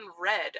red